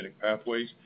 pathways